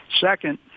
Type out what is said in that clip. second